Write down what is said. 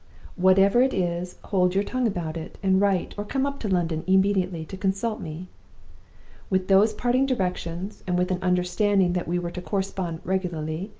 whatever it is, hold your tongue about it, and write, or come up to london immediately to consult me with those parting directions, and with an understanding that we were to correspond regularly,